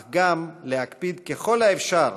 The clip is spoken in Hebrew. אך גם להקפיד ככל האפשר